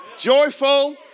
joyful